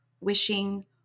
wishing